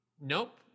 Nope